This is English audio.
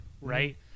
right